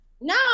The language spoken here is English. no